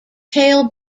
tail